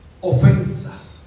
ofensas